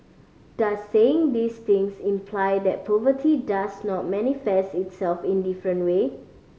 does saying these things imply that poverty does not manifest itself in different way